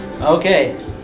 Okay